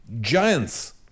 giants